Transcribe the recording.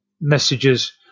messages